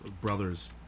brothers